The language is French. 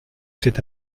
cette